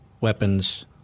weapons